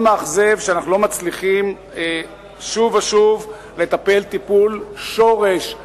מאוד מאכזב שאנחנו שוב ושוב לא מצליחים לטפל טיפול שורש